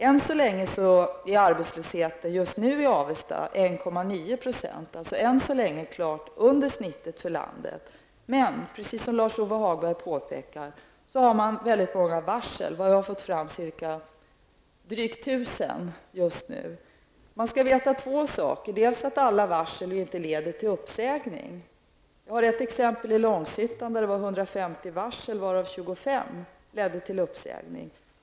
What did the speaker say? Än så länge är arbetslösheten just nu i Avesta Men precis som Lars-Ove Hagberg påpekar har man många varsel, drygt 1 000 just nu, efter vad jag har fått fram. Men alla varsel leder inte till uppsägningar. Vi har ett exempel i Långshyttan där det var 150 varsel, varav 25 ledde till uppsägning.